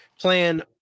Plan